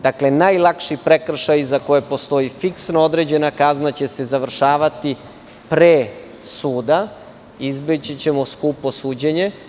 Dakle, najlakši prekršaji za koje postoji fiksno određena kazna će se završavati pre suda, izbeći ćemo skupo suđenje.